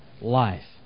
life